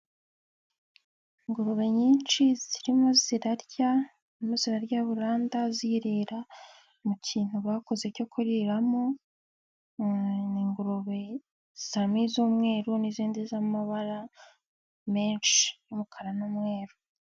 Ingurube nyinshi zirimo zirarya zirimo zirarya buranda ziyirira mu kintu bakoze cyo kuriramo n'ingurube zisa n'izumweru n'izindi z'amabara menshi y'umukara n'umweru.